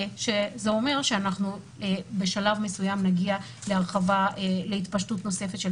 זה אומר שבשלב מסוים נגיע להתפשטות נוספת של